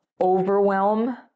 overwhelm